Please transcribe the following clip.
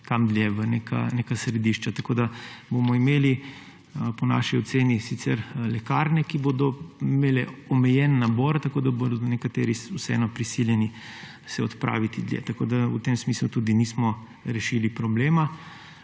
kam dlje v neka središča. Tako da bomo imeli po naši oceni sicer lekarne, ki bodo imele omejen nabor, tako da se bodo nekateri vseeno prisiljeni odpraviti dlje. V tem smislu tudi nismo rešili problema.